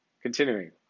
Continuing